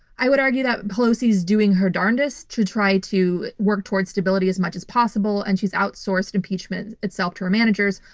i would argue that pelosi's doing her darnedest to try to work towards stability as much as possible. and she's outsourced impeachment itself to her managers.